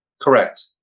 Correct